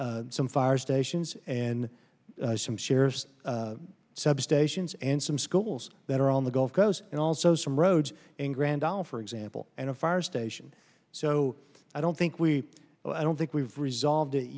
about some fire stations and some shares substations and some schools that are on the gulf coast and also some roads in grand isle for example and a fire station so i don't think we i don't think we've resolved